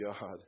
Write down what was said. God